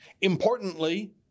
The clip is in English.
Importantly